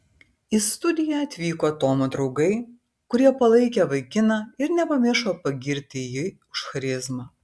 į studiją atvyko tomo draugai kurie palaikė vaikiną ir nepamiršo pagirti jį už charizmą